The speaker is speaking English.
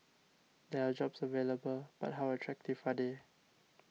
there are jobs available but how attractive are they